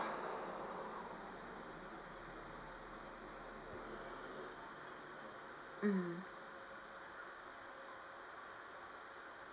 mm